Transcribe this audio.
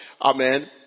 Amen